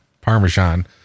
parmesan